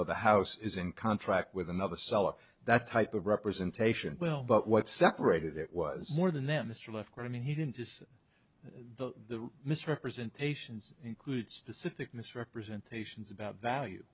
or the house is in contract with another seller that type of representation well but what separated it was more than them mr lefcourt i mean he didn't is the misrepresentations include specific misrepresentations about value